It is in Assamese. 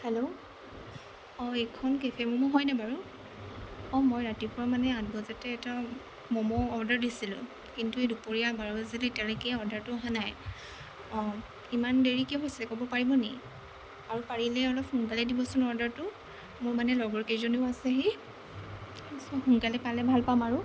হেল্ল' অঁ এইখন কেফে ম'ম' হয় নাই বাৰু অঁ মই ৰাতিপুৱা মানে আঠ বজাতে এটা ম'ম' অৰ্ডাৰ দিছিলোঁ কিন্তু এই দুপৰীয়া বাৰ বাজিল এতিয়ালৈকে অৰ্ডাৰটো অহা নাই অঁ ইমান দেৰি কিয় হৈছে ক'ব পাৰিব নি আৰু পাৰিলে অলপ সোনকালে দিবচোন অৰ্ডাৰটো মোৰ মানে লগৰকেইজনীও আছেহি তাৰপিছত সোনকালে পালে ভাল পাম আৰু